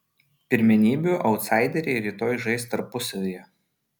pirmenybių autsaideriai rytoj žais tarpusavyje